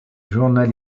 journal